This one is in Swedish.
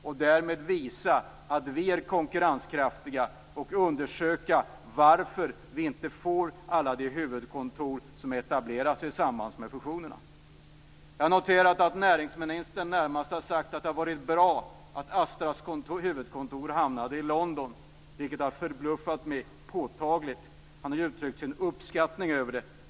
Därmed skulle vi visa att vi är konkurrenskraftiga. Vi bör undersöka varför vi inte får hit något av alla de huvudkontor som etableras i samband med fusionerna. Jag har noterat att näringsministern närmast sade att det var bra att Astras huvudkontor hamnade i London, vilket har förbluffat mig påtagligt. Han har uttryckt sin uppskattning över det.